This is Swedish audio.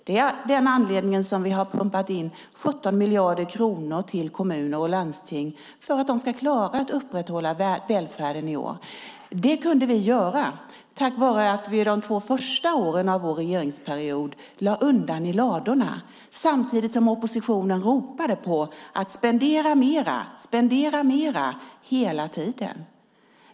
Det är av den anledningen som vi har pumpat in 17 miljarder kronor till kommuner och landsting för att de ska klara att upprätthålla välfärden i år. Det kunde vi göra tack vare att vi de två första åren av vår regeringsperiod lade undan i ladorna. Samtidigt ropade oppositionen hela tiden: Spendera mera, spendera mera!